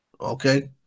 Okay